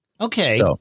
Okay